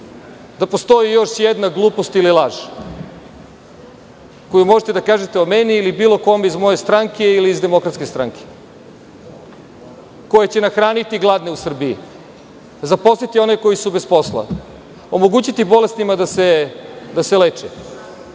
da postoji još jedna glupost ili laž koju možete da kažete o meni ili o bilo kome iz moje stranke ili iz DS koja će nahraniti gladne u Srbiji, zaposliti one koji su bez posla, omogućiti bolesnima da se leče.